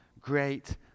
great